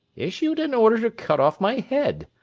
issued an order to cut off my head.